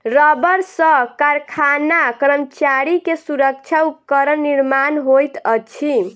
रबड़ सॅ कारखाना कर्मचारी के सुरक्षा उपकरण निर्माण होइत अछि